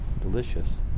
Delicious